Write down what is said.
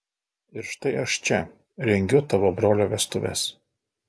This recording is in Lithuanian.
ir štai aš čia rengiu tavo brolio vestuves